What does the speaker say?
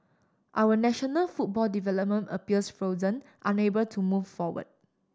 our national football development appears frozen unable to move forward